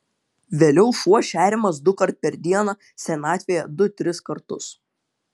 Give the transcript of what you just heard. vėliau šuo šeriamas dukart per dieną senatvėje du tris kartus